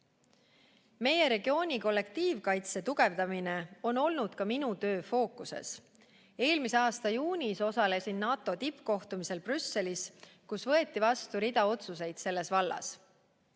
Meie regiooni kollektiivkaitse tugevdamine on olnud ka minu töö fookuses. Eelmise aasta juunis osalesin NATO tippkohtumisel Brüsselis, kus võeti vastu rida otsuseid selles vallas.